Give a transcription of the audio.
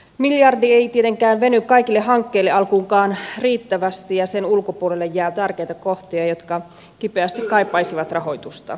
miljardi ei tietenkään veny kaikille hankkeille alkuunkaan riittävästi ja sen ulkopuolelle jää tärkeitä kohtia jotka kipeästi kaipaisivat rahoitusta